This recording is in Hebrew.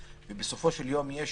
ובסופו של יום יש